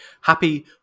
happy